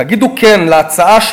תגידו "כן" להצעה,